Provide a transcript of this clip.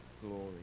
glory